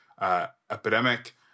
epidemic